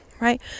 right